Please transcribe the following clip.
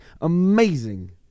Amazing